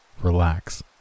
Relax